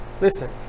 Listen